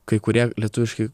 kai kurie lietuviški